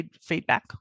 feedback